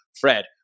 fred